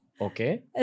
Okay